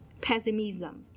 pessimism